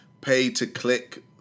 pay-to-click